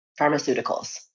pharmaceuticals